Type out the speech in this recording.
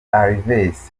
alves